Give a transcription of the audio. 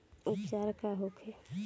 उपचार का होखे?